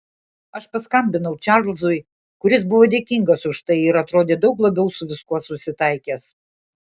aš paskambinau čarlzui kuris buvo dėkingas už tai ir atrodė daug labiau su viskuo susitaikęs